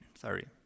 Sorry